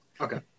okay